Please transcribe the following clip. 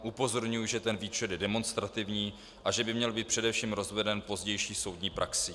Upozorňuji, že ten výčet je demonstrativní a že by měl být především rozveden pozdější soudní praxí.